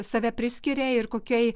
save priskiria ir kokiai